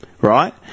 right